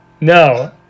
no